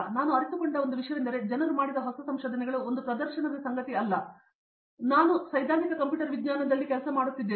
ನಾನು ಅರಿತುಕೊಂಡ ಒಂದು ವಿಷಯವೆಂದರೆ ಜನರು ಮಾಡಿದ ಹೊಸ ಸಂಶೋಧನೆಗಳು ಒಂದು ಪ್ರದರ್ಶನದ ಸಂಗತಿ ಅಲ್ಲ ಅಥವಾ ನಾನು ಸೈದ್ಧಾಂತಿಕ ಕಂಪ್ಯೂಟರ್ ವಿಜ್ಞಾನವನ್ನು ಕೆಲಸ ಮಾಡುತ್ತಿದ್ದೇನೆ